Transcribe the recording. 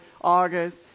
august